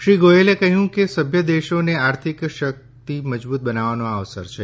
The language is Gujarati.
શ્રી ગોયલે કહ્યું કે સભ્ય દેશોને આર્થિક શક્તિ મજબૂત બનાવવાનો આ અવસર છે